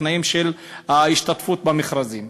בתנאים של ההשתתפות במכרזים.